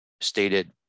stated